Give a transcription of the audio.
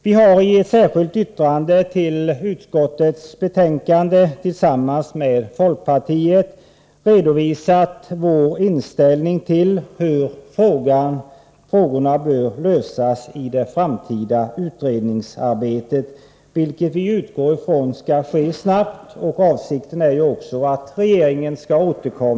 Vi har i ett särskilt yttrande till utskottets betänkande tillsammans med folkpartiet redovisat vår inställning till hur frågorna bör lösas i det framtida utredningsarbetet, vilket vi utgår från skall ske snabbt.